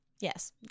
yes